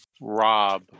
Rob